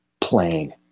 playing